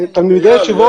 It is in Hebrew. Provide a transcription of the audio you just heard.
ותלמידי ישיבות,